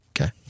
okay